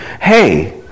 hey